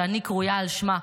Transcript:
שאני קרויה על שמה,